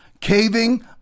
caving